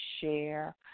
share